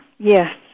Yes